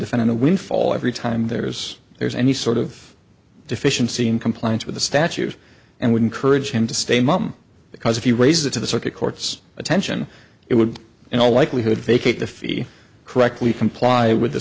defendant a winfall every time there's there's any sort of deficiency in compliance with the statute and would encourage him to stay mum because if you raise it to the circuit court's attention it would in all likelihood vacate the fee correctly comply with the